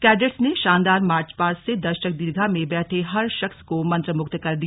cadets ने शानदार march past से दर्शक दीर्घा में बैठे हर शख्स को मंत्रमुग्ध कर दिया